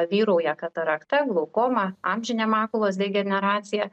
vyrauja katarakta glaukoma amžinė makulos degeneracija